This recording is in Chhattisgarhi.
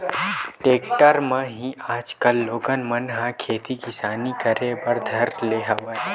टेक्टर म ही आजकल लोगन मन ह खेती किसानी करे बर धर ले हवय